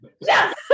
Yes